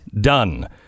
done